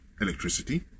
electricity